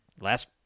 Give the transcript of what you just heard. last